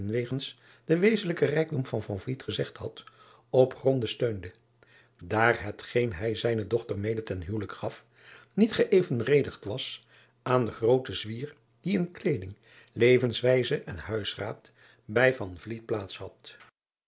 wegens den wezenlijken rijkdom van gezegd had op gronden steunde daar hetgeen hij zijne dochter mede ten huwelijk gaf niet geëvenredigd was aan den grooten zwier die in kleeding levenswijze en huisraad bij plaats had